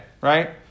right